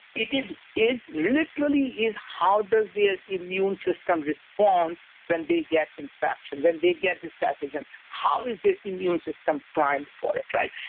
it is is literally is how does the ah immune system response when they get infection, when they get this pathogen, how is the immune system primed for it, right?